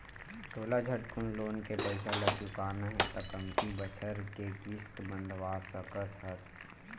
तोला झटकुन लोन के पइसा ल चुकाना हे त कमती बछर के किस्त बंधवा सकस हस